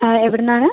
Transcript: ആ എവിടുന്നാണ്